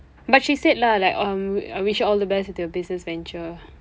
but she said lah like um I wish you all the best with your business venture